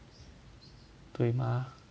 对吗